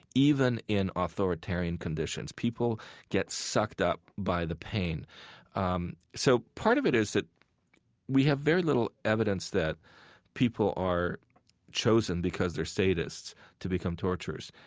even in authoritarian conditions. people get sucked up by the pain um so part of it is that we have very little evidence that people are chosen because they're sadists to become torturers,